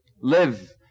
live